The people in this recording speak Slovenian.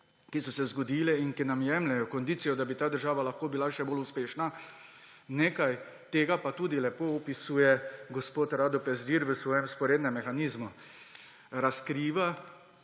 ki so se zgodile in ki nam jemljejo kondicijo, da bi ta država lahko bila še bolj uspešna. Nekaj tega pa tudi lepo opisuje gospod Rado Pezdir v svojem Vzporednem mehanizmu. Razkriva